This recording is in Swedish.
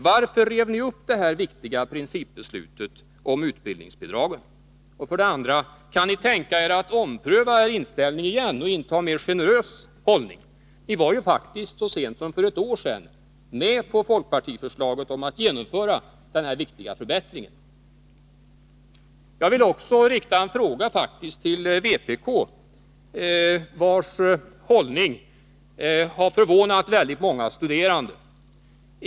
Varför rev ni upp det här viktiga principbeslutet om utbildningsbidragen? 2. Kan ni tänka er att ompröva er inställning igen och inta en mer generös hållning? Ni var faktiskt så sent som för ett år sedan med på folkpartiförslaget att genomföra den här viktiga förbättringen. Jag vill faktiskt också rikta en fråga till vpk, vars hållning har förvånat väldigt många studerande.